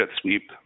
sweep